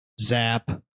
zap